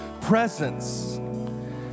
presence